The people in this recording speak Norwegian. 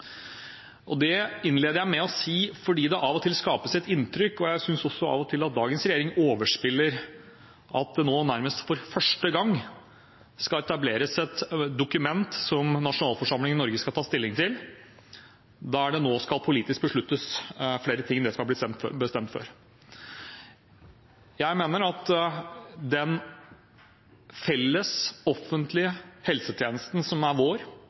innleder jeg med å si fordi det av og til skapes et inntrykk av – og jeg synes også av og til at dagens regjering overspiller – at det nå nærmest for første gang etableres et dokument som nasjonalforsamlingen i Norge skal ta stilling til, der det nå skal politisk besluttes flere ting enn det som har blitt bestemt før. Jeg mener at vår felles offentlige helsetjeneste, med sykehusene i spissen, over hele landet er